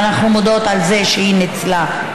ואנחנו מודות על זה שהיא ניצלה.